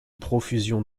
profusion